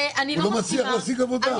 הוא לא מצליח להשיג עבודה.